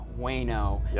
Wayno